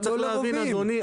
צריך להבין, אדוני.